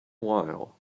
while